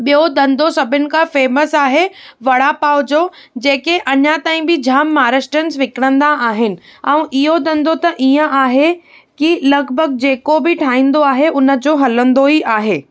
ॿियो धंधो सभिनि खां फ़ेमस आहे वड़ा पाव जो जेके अञा ताईं बि जाम महाराष्ट्रीयंस विकिणींदा आहिनि ऐं ईहो धंधो त ईअं आहे की लॻभॻि जेको बि ठाहिंदो आहे उन जो हलंदो ई आहे